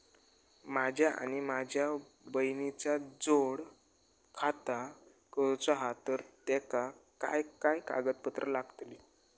माझा आणि माझ्या बहिणीचा जोड खाता करूचा हा तर तेका काय काय कागदपत्र लागतली?